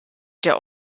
der